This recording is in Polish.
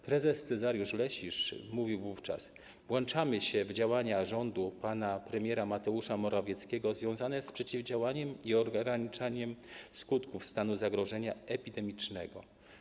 Prezes Cezariusz Lesisz mówił wówczas: Włączamy się w działania rządu pana premiera Mateusza Morawieckiego związane z przeciwdziałaniem i ograniczaniem skutków stanu zagrożenia epidemicznego.